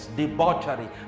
debauchery